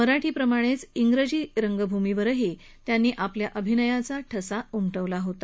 मराठीबरोबरच इंग्रजी रंगभूमीवरही त्यांनी आपल्या अभिनयाचा ठसा उमटवला होता